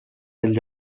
gli